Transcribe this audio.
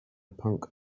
punk